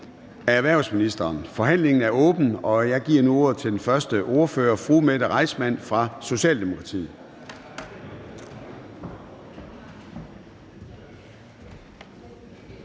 (Søren Gade): Forhandlingen er åbnet, og jeg giver ordet til den første ordfører, fru Mette Reissmann fra Socialdemokratiet.